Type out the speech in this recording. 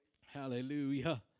Hallelujah